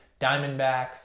Diamondbacks